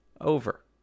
over